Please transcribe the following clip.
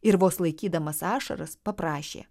ir vos laikydamas ašaras paprašė